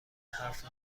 حرف